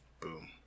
Boom